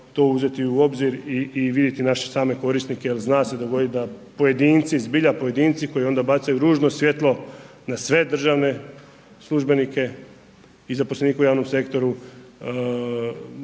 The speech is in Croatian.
to uzeti u obzir i vidjeti naše same korisnike, zna se dogoditi da pojedinci, zbilja pojedinci koji onda bacaju ružno svjetlo na sve državne službenike i zaposlenike u javnom sektoru